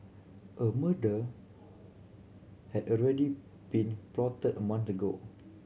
a murder had already been plotted a month ago